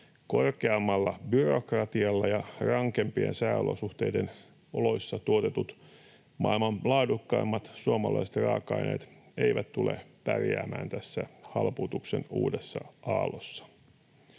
korkeammalla byrokratialla ja rankempien sääolosuhteiden oloissa tuotetut maailman laadukkaimmat suomalaiset raaka-aineet eivät tule pärjäämään tässä halpuutuksen uudessa aallossa.